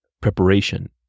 preparation